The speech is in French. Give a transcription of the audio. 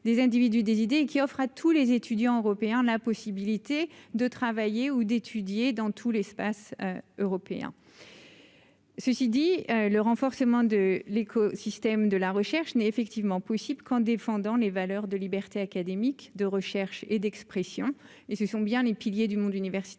des individus, des idées qui offre à tous les étudiants européens la possibilité de travailler ou d'étudier dans tout l'espace européen. Ceci dit, le renforcement de l'éco-système, de la recherche n'est effectivement possible qu'en défendant les valeurs de liberté académique de recherche et d'expression et ce sont bien les piliers du monde universitaire